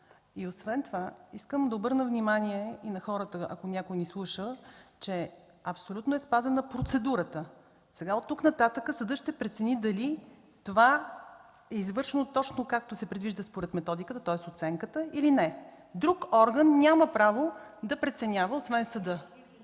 Освен това искам да обърна внимание на хората, ако някой ни слуша, че абсолютно е спазена процедурата. Сега от тук нататък съдът ще прецени дали това е извършено точно, както се предвижда според методиката, тоест оценката, или не. Друг орган няма право да преценява.